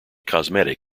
cosmetic